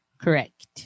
Correct